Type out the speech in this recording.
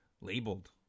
labeled